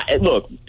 look